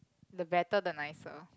the better the nicer